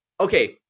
okay